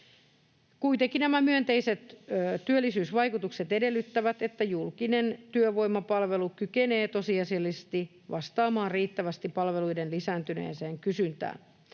Kuitenkin nämä myönteiset työllisyysvaikutukset edellyttävät, että julkinen työvoimapalvelu kykenee tosiasiallisesti vastaamaan riittävästi palveluiden lisääntyneeseen kysyntään.